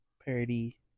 Parody